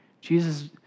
Jesus